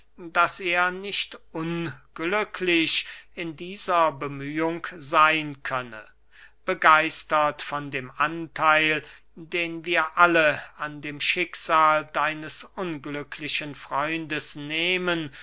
daß er nicht unglücklich in dieser bemühung seyn könne begeistert von dem antheil den wir alle an dem schicksal deines unglücklichen freundes nehmen